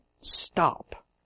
Stop